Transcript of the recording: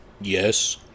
yes